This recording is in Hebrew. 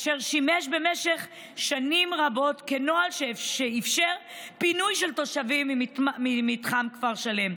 אשר שימש במשך שנים רבות נוהל שאפשר פינוי של תושבים ממתחם כפר שלם,